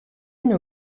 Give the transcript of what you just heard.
une